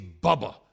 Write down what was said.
Bubba